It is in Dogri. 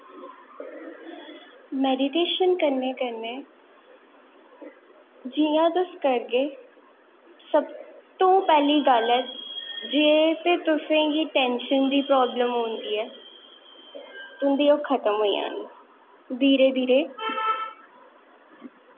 मेडिटेशन करने कन्नै जि'यां तुस करगे सब तो पैह्ली गल्ल ऐ जे जे ते तुसेंगी टेंशन दी प्रॉब्लम होंदी ऐ तुं'दी ओह् खत्म होई जानी धीरे धीरे